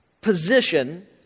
position